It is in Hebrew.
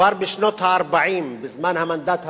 כבר בשנות ה-40, בזמן המנדט הבריטי,